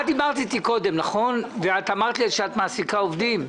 את דיברת איתי קודם ואמרת לי שאת מעסיקה עובדים.